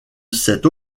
cette